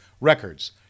Records